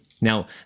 Now